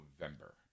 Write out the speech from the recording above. November